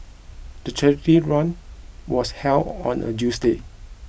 the charity run was held on a Tuesday